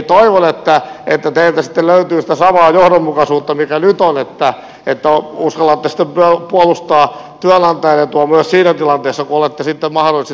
toivon että teiltä sitten löytyy sitä samaa johdonmukaisuutta mikä nyt on että uskallatte sitten puolustaa työnantajan etua myös siinä tilanteessa kun olette sitten mahdollisesti taas hallituksessa